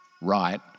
right